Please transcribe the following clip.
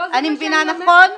אני מבינה נכון?